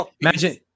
Imagine